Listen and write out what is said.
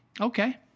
Okay